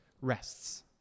rests